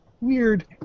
Weird